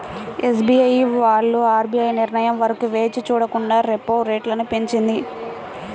SBI వాళ్ళు RBI నిర్ణయం వరకు వేచి చూడకుండా రెపో రేటును పెంచింది